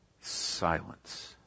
Silence